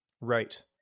Right